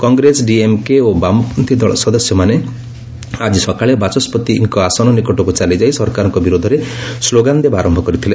କଂଗ୍ରେସ ଡିଏମ୍କେ ଓ ବାମପନ୍ଥୀ ଦଳ ସଦସ୍ୟମାନେ ଆଜି ସକାଳେ ବାଚସ୍ୱତିଙ୍କ ଆସନ ନିକଟକ୍ ଚାଲିଯାଇ ସରକାରଙ୍କ ବିରୋଧରେ ସ୍କୋଗାନ ଦେବା ଆରମ୍ଭ କରିଥିଲେ